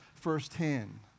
firsthand